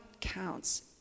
counts